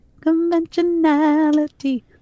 Conventionality